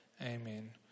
Amen